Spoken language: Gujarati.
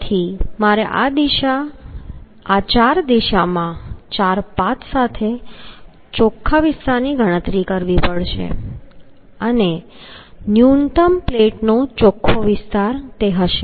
તેથી મારે આ ચાર દિશામાં ચાર પાથ સાથેના ચોખ્ખા વિસ્તારની ગણતરી કરવી પડશે અને ન્યૂનતમ પ્લેટનો ચોખ્ખો વિસ્તાર હશે